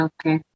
Okay